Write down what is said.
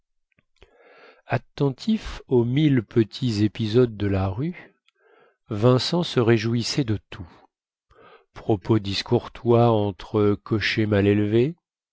attentif aux mille petits épisodes de la rue vincent se réjouissait de tout propos discourtois entre cochers mal élevés